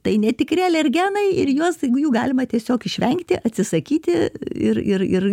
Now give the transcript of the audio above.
tai netikri alergenai ir juos jeigu jų galima tiesiog išvengti atsisakyti ir ir ir